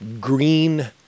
green